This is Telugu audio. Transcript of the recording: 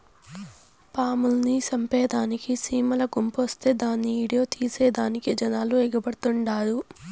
పాముల్ని సంపేదానికి సీమల గుంపొస్తే దాన్ని ఈడియో తీసేదానికి జనాలు ఎగబడతండారు